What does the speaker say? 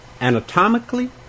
anatomically